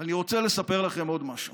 אני רוצה לספר לכם עוד משהו.